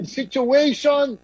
situation